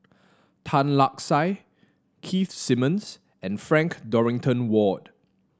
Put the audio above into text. Tan Lark Sye Keith Simmons and Frank Dorrington Ward